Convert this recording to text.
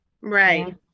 Right